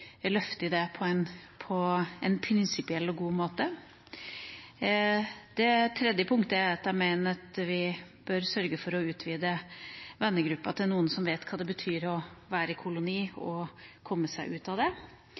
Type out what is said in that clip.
løfter det på en prinsipiell og god måte. Videre mener jeg at vi bør sørge for å utvide vennegruppa til noen som vet hva det betyr å være i koloni og har kommet seg ut av det.